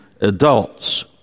adults